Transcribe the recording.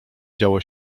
działo